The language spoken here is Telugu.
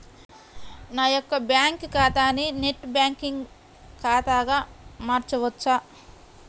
నా యొక్క బ్యాంకు ఖాతాని నెట్ బ్యాంకింగ్ ఖాతాగా మార్చవచ్చా?